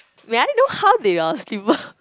may I know how they ah scribble